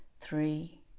three